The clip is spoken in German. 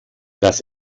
das